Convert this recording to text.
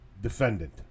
defendant